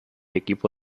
equipo